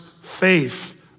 faith